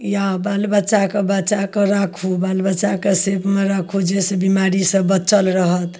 या बाल बच्चाके बचाके राखु बाल बच्चाके सेफमे राखु जाहि सऽ बिमारी सऽ बचल रहत